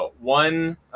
one